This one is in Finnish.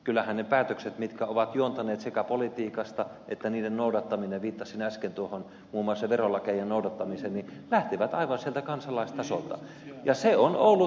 kyllähän sekä ne päätökset mitkä ovat juontaneet politiikasta että niiden noudattaminen viittasin äsken muun muassa tuohon verolakien noudattamiseen lähtevät aivan sieltä kansalaistasolta